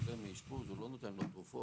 חולה מאשפוז, הוא לא נותן לו תרופות.